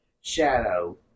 shadow